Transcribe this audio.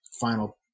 final